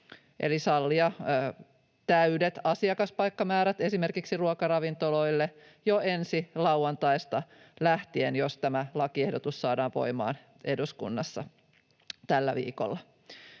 eli sallia täydet asiakaspaikkamäärät esimerkiksi ruokaravintoloille jo ensi lauantaista lähtien, jos tämä lakiehdotus saadaan voimaan eduskunnassa tällä viikolla.